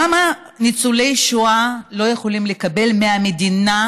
למה ניצולי שואה לא יכולים לקבל מהמדינה